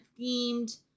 themed